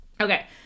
Okay